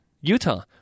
Utah